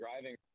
driving